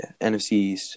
NFCs